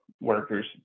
workers